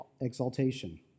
exaltation